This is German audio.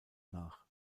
nach